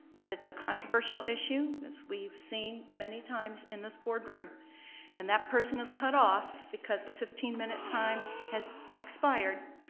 if it's a controversial issue as we've seen many times in this board room and that person is cut off because the fifteen minute time has expired.